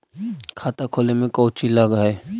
खाता खोले में कौचि लग है?